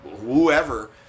whoever